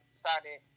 started